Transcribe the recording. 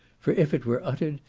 for if it were uttered,